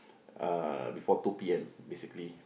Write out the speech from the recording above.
uh before two P_M basically